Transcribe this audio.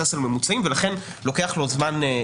לוקח לו זמן,